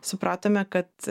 supratome kad